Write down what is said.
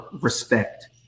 respect